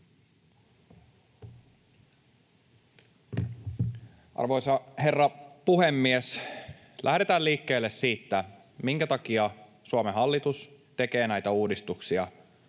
Arvoisa herra puhemies! Lähdetään liikkeelle siitä, minkä takia Suomen hallitus tekee näitä uudistuksia,